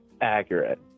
accurate